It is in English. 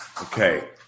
Okay